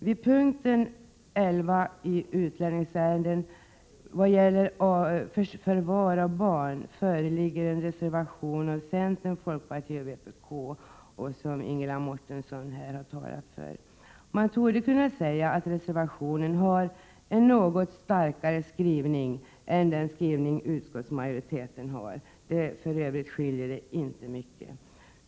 Vid punkten 11 Utlänningsärenden såvitt avser förvar av barn föreligger en reservation av centern, folkpartiet och vpk som Ingela Mårtensson här har talat för. Man torde kunna säga att reservationen har en något starkare skrivning än den skrivning utskottsmajoriteten har. För övrigt skiljer inte mycket.